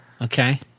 Okay